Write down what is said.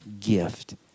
gift